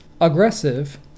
aggressive